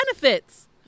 benefits